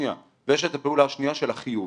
ופעולה שנייה של החיוב.